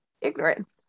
ignorance